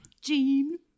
Jean